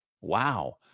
Wow